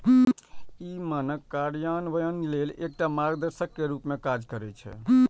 ई मानक कार्यान्वयन लेल एकटा मार्गदर्शक के रूप मे काज करै छै